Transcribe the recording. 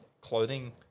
clothing